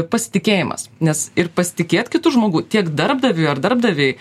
pasitikėjimas nes ir pasitikėt kitu žmogum tiek darbdaviui ar darbdavei